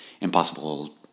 impossible